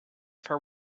for